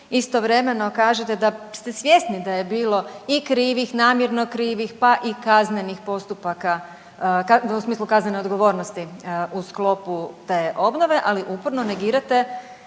istovremeno kažete da ste svjesni da je bilo i krivih, namjerno krivih pa i kaznenih postupka u smislu kaznene odgovornosti u sklopu te obnove, ali uporno negirate